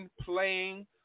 playing